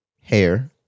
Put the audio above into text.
hair